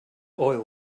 oil